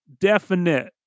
definite